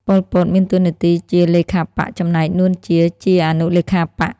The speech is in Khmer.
ប៉ុល ពត មានតួនាទីជាលេខាបក្ស ចំណែក នួន ជា ជាអនុលេខាបក្ស។